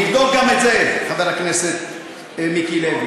נבדוק גם את זה, חבר הכנסת מיקי לוי.